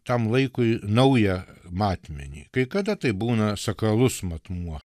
tam laikui naują matmenį kai kada tai būna sakalus matmuo